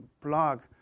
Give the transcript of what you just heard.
blog